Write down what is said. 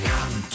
Come